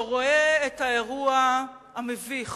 שרואה את האירוע המביך